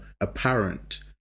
apparent